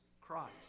Christ